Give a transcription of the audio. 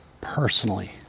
personally